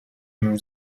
nous